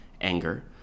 anger